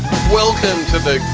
welcome to the